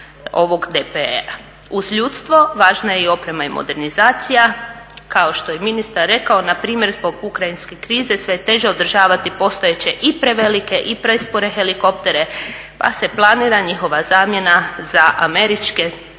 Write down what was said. ovog DPR-a. Uz ljudstvo, važna je i oprema i modernizacija, kao što je i ministar rekao npr. zbog ukrajinske krize sve je teže održavati postojeće i prevelike i prespore helikoptere pa se planira njihova zamjena za američke tamo